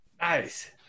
nice